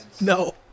No